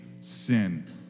sin